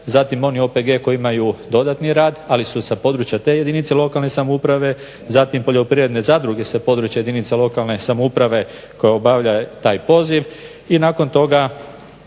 Zatim oni OPG koji imaju dodatni rad ali su sa područja te jedinice lokalne samouprave, zatim poljoprivredne zadruge sa područja jedinica lokalne samouprave koja obavlja taj poziv